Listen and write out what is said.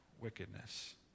wickedness